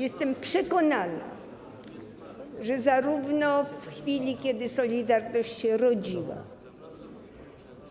Jestem przekonana, że zarówno w chwili gdy „Solidarność” się rodziła,